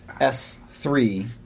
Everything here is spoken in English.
S3